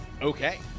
Okay